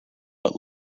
but